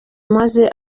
maze